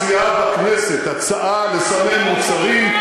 כשבאה סיעה בכנסת בהצעה לסמן מוצרים,